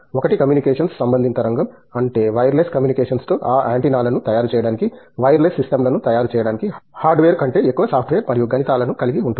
ఒకటి కమ్యూనికేషన్స్ సంబంధిత రంగం అంటే వైర్లెస్ కమ్యూనికేషన్స్తో ఆ యాంటెన్నాలను తయారు చేయడానికి వైర్లెస్ సిస్టమ్లను తయారు చేయడానికి హార్డ్వేర్ కంటే ఎక్కువ సాఫ్ట్వేర్ మరియు గణితాలను కలిగి ఉంటుంది